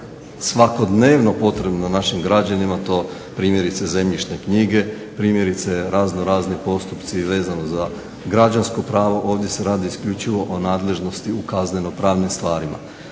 svakodnevno potrebno našim građanima to primjerice zemljišne knjige, primjerice razno razni postupci vezano za građansko pravo. Ovdje se radi isključivo o nadležnosti u kazneno pravnim stvarima.